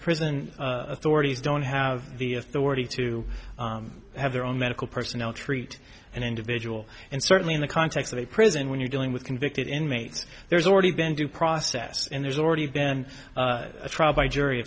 prison authorities don't have the authority to have their own medical personnel treat an individual and certainly in the context of a prison when you're dealing with convicted inmates there's already been due process and there's already been a trial by jury